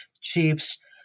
chiefs